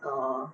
orh